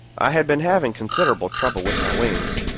i had been having considerable trouble with my wings.